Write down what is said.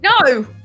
No